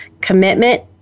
Commitment